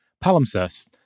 palimpsest